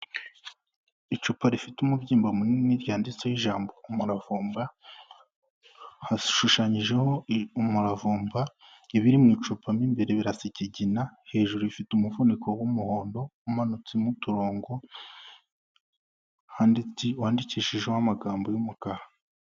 Icupa rifite umubyimba munini ryanditseho ijambo umuravumba, hashushanyijeho umuravumba ibiriri mu icupa mo imbere birasa ikigina, hejuru rifite umufuniko w'umuhondo umanutsemo uturongo handiki wandikishijeho amagambo y'umukara.